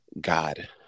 God